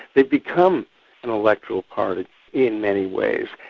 they've become an electoral party in many ways.